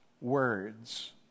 words